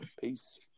Peace